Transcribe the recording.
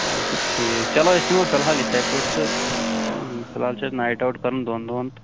اَچھا ٹھیٖک چلو أسۍ نِمَو فِلحال یِتھٕے پٲٹھۍ تہٕ فِلحال چھُ اَسہِ نایِٹ آوُٹ کَرُن دۅن دۄہَن تہٕ